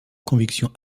convictions